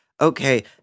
okay